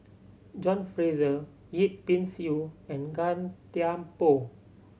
John Fraser Yip Pin Xiu and Gan Thiam Poh